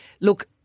look